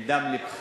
מדם לבנו.